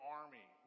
army